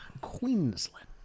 Queensland